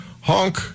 honk